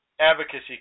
advocacy